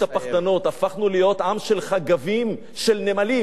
הפכנו להיות עם של חגבים, של נמלים, מה הם יגידו?